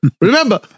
Remember